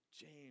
James